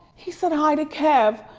he said hi to kev,